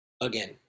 again